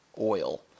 oil